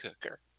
cooker